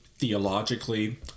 theologically